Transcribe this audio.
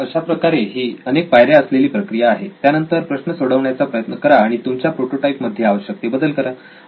तर अशाप्रकारे ही अनेक पायऱ्या असलेली प्रक्रिया आहे त्यानंतर प्रश्न सोडवण्याचा प्रयत्न करा आणि तुमच्या प्रोटोटाइप मध्ये आवश्यक ते बदल करा